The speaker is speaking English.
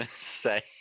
say